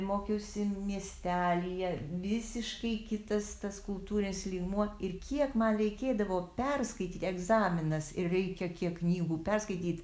mokiausi miestelyje visiškai kitas tas kultūrinis lygmuo ir kiek man reikėdavo perskaityti egzaminas ir reikia kiek knygų perskaityt